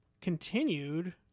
continued